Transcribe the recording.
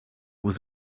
was